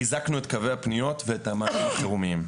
חיזקנו את קווי הפניות ואת המענים החירומיים.